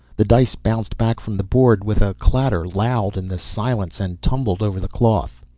the dice bounced back from the board with a clatter loud in the silence and tumbled over the cloth.